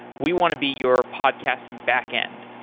we want to be your podcasting backend.